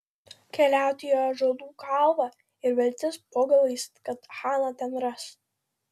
keliauti į ąžuolų kalvą ir viltis po galais kad haną ten ras